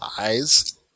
eyes